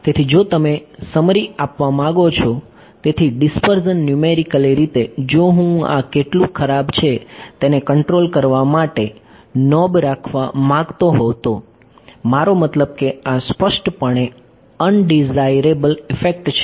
તેથી જો તમે સમરી આપવા માંગો છો તેથી ડીસ્પર્સન ન્યૂમેરિકલી રીતે જો હું આ કેટલું ખરાબ છે તેને કંટ્રોલ કરવા માટે નોબ રાખવા માંગતો હતો મારો મતલબ કે આ સ્પષ્ટપણે અનડિઝાઇરેબલ ઇફેક્ટ છે